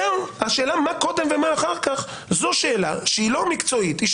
השאלה מה קודם ומה אחר כך זו שאלה פוליטית ולא מקצועית.